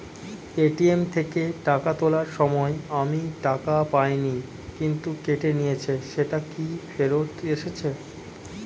ATM থেকে টাকা তোলার সময় আমি টাকা পাইনি কিন্তু কেটে নিয়েছে সেটা কি ফেরত এসেছে?